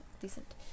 decent